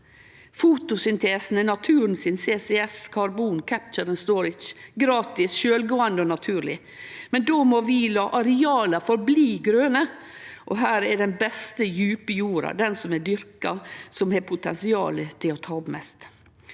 Fotosyntesen er naturen sin CCS, carbon capture and storage – gratis, sjølvgåande og naturleg. Men då må vi la areala bli verande grøne, og det er den beste, djupe jorda, den som er dyrka, som har potensial til å ta opp mest.